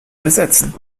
übersetzen